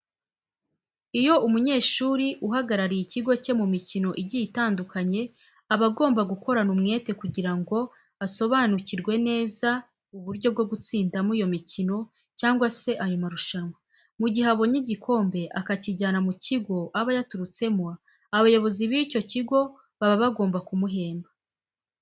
Iyo umunyeshuri uhagarariye ikigo cye mu mikino igiye itandukanye aba agomba gukorana umwete kugira ngo asobanukirwe neza uburyo bwo gutsindamo iyo mikino cyangwa se ayo marushanwa. Mu gihe abonye igikombe, akakijyana mu kigo aba yaturutsemo, abayobozi b'ikigo baba bagomba kumuhemba.